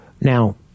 Now